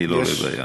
אני לא רואה בעיה.